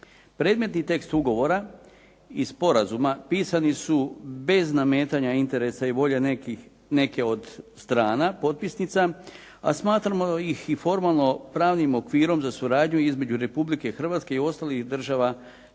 Predmetni tekst ugovora i sporazuma pisani su bez nametanja interesa i volje neke od strana potpisnica, a smatramo ih i formalno pravnim okvirom za suradnju između Republike Hrvatske i ostalih država članica